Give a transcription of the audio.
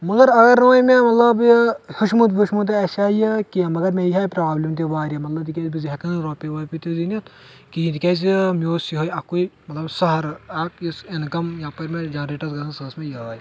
مگر اگر نہٕ وَںہِ مےٚ مطلب یہِ ہیوٚچھمُت ویٚوچھمُت تہِ آسہِ ہَا یہِ کینٛہہ مگر مےٚ یی ہَا یہِ پرٛابلِم تہِ واریاہ مطلب تِکیاز بہٕ زِ ہٮ۪کہٕ ہا روٚپیہِ ووٚپہِ تہِ زیٖنِتھ کِہینۍ تہِ کیاز کہ مےٚ اوس یوٚہَے اَکُے مطلب سہارٕ اَکھ یُس اِنکَم یَپٲرۍ مےٚ جَنریٹ ٲسۍ گَژھان سۄ ٲسۍ مےٚ یِہَے